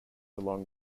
along